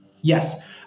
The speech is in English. Yes